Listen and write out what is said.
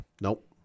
Nope